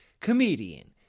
Comedian